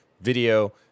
video